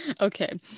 okay